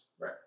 right